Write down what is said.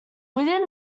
within